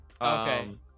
Okay